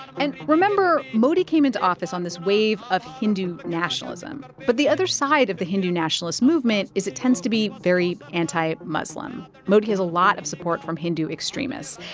and remember, modi came into office on this wave of hindu nationalism. but the other side of the hindu nationalist movement is it tends to be very anti-muslim. modi has a lot of support from hindu extremists.